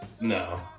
no